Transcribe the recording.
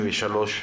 בן 33,